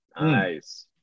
Nice